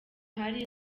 hari